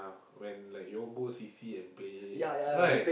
when like y'all go C_C and play right